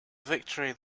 victory